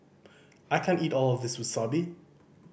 I can't eat all of this Wasabi